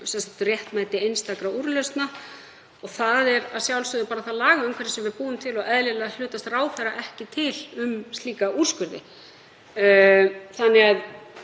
réttmæti einstakra úrlausna. Það er að sjálfsögðu bara það lagaumhverfi sem við búum til og eðlilega hlutast ráðherra ekki til um slíka úrskurði. Ég